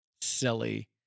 silly